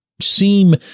seem